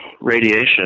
radiation